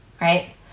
right